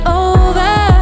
over